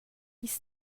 i’s